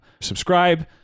Subscribe